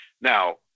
Now